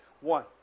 One